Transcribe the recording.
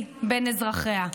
אזרחיה,